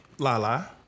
Lala